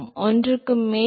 மாணவர் 1க்கு மேல்